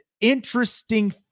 interesting